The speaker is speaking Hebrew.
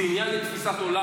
זה עניין של תפיסת עולם,